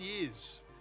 years